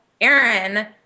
Aaron